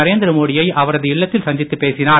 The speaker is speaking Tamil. நரேந்திர மோடியை அவரது இல்லத்தில் சந்தித்து பேசினார்